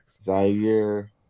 Zaire